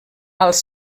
als